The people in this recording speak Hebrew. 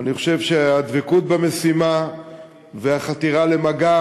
ואני חושב שהדבקות במשימה והחתירה למגע